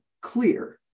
clear